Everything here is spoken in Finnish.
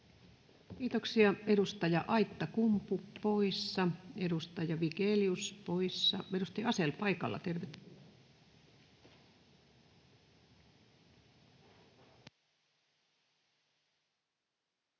Kiitoksia. — Edustaja Aittakumpu, poissa. Edustaja Vigelius, poissa. — Edustaja Asell, paikalla.